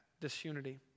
disunity